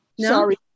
Sorry